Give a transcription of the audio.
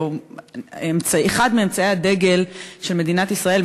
שהוא אחד מאמצעי הדגל של מדינת ישראל,